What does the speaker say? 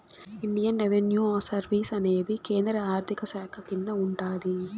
Indian revenue service అనేది కేంద్ర ఆర్థిక శాఖ కింద ఉంటాది